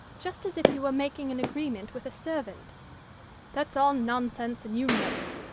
just as if you were making an agreement with a servant that's all nonsense, and you know it.